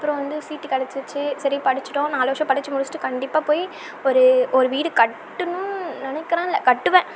அப்றம் வந்து சீட்டு கிடச்சிடுச்சி சரி படித்துட்டோம் நாலு வருஷம் படித்து முடித்துட்டு கண்டிப்பாக போய் ஒரு ஒரு வீடு கட்டணும் நினைக்கிறேனில்லா கட்டுவேன்